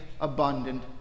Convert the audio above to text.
abundant